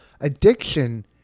Addiction